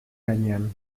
gainean